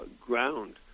ground